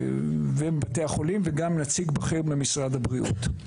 ומבתי החולים, וגם נציג בכיר במשרד הבריאות.